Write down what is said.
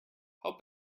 how